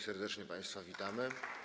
Serdecznie państwa witamy.